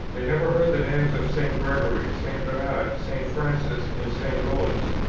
they never heard the names of st. gregory, st. bernard, st. francis, and st. louis.